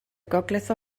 gogledd